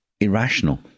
irrational